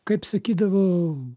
kaip sakydavo